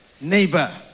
Neighbor